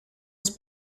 was